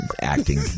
acting